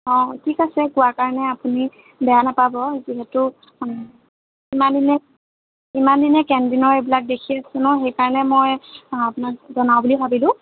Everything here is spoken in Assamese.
অঁ ঠিক আছে কোৱাৰ কাৰণে আপুনি বেয়া নাপাব যিহেতো ইমানদিনে ইমানদিনে কেণ্টিনৰ এইবিলাক দেখি আছোঁ ন সেইকাৰণে মই আপোনাক জনাওঁ বুলি ভাবিলোঁ